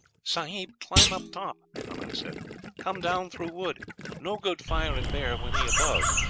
sahib, climb up top rahman said come down through wood no good fire at bear when he above